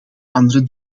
andere